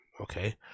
Okay